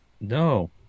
No